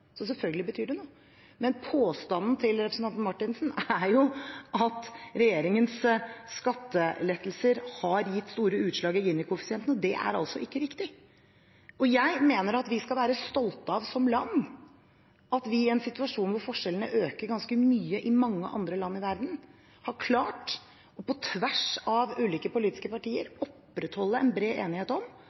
Så selvfølgelig betyr det noe. Påstanden til representanten Marthinsen er jo at regjeringens skattelettelser har gitt seg store utslag i Gini-koeffisienten. Det er ikke riktig. Jeg mener at vi skal være stolte av som land at vi, i en situasjon der forskjellene øker ganske mye i mange andre land i verden, har klart – på tvers av ulike politiske partier – å opprettholde en bred enighet om